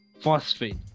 phosphate